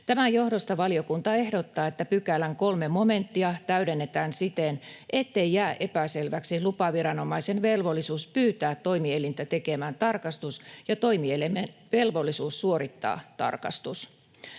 Tämän johdosta valiokunta ehdottaa, että pykälän 3 momenttia täydennetään siten, ettei jää epäselväksi lupaviranomaisen velvollisuus pyytää toimielintä tekemään tarkastus ja toimielimen velvollisuus suorittaa tarkastus.